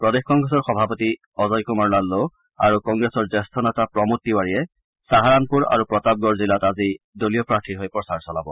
প্ৰদেশ কংগ্ৰেছৰ সভাপতি অজয় কুমাৰ লাল্লো আৰু কংগ্ৰেছৰ জ্যেষ্ঠ নেতা প্ৰমোদ তিৱাৰীয়ে ছাহাৰানপুৰ আৰু প্ৰতাপগড় জিলাত আজি দলীয় প্ৰাৰ্থীৰ হৈ প্ৰচাৰ চলাব